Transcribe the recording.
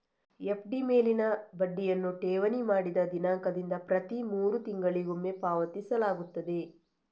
FD ಮೇಲಿನ ಬಡ್ಡಿಯನ್ನು ಠೇವಣಿ ಮಾಡಿದ ದಿನಾಂಕದಿಂದ ಪ್ರತಿ ಮೂರು ತಿಂಗಳಿಗೊಮ್ಮೆ ಪಾವತಿಸಲಾಗುತ್ತದೆ